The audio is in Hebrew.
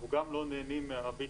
אנחנו גם לא נהנים מזה,